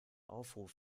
aufruf